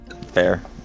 Fair